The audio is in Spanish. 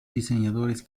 diseñadores